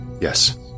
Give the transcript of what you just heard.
Yes